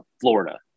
Florida